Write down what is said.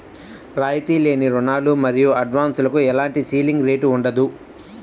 రాయితీ లేని రుణాలు మరియు అడ్వాన్సులకు ఎలాంటి సీలింగ్ రేటు ఉండదు